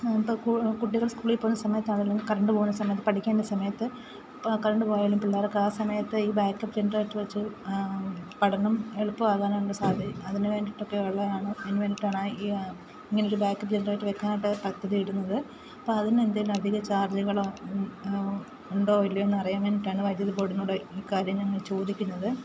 ഇപ്പം കു കുട്ടികൾ സ്കൂളിൽ പോകുന്ന സമയത്താണെങ്കിലും കരണ്ട് പോകുന്ന സമയത്തു പഠിക്കേണ്ട സമയത്ത് കരണ്ട് പോയാലും പിള്ളേരൊക്കെ ആ സമയത്ത് ഈ ബാക്ക് അപ്പ് ജനറേറ്റർ വെച്ച് പഠനം എളുപ്പമാകാനായിട്ടു സാധി അതിനു വേണ്ടിയിട്ടൊക്കെ ഉള്ളതാണ് അതിനു വേണ്ടിയിട്ടാണ് ഈ ഇങ്ങനൊരു ബാക്ക് അപ്പ് ജനറേറ്റർ വെയ്ക്കാനായിട്ട് പദ്ധതി ഇടുന്നത് അപ്പം അതിന് എന്തെങ്കിലും അധിക ചാർജ്ജുകളോ ഉണ്ടോ ഇല്ലയോ എന്നറിയാൻ വേണ്ടിയിട്ടാണ് വൈദ്യുതി ബോർഡിനോട് ഈ കാര്യം ഞങ്ങൾ ചോദിക്കുന്നത്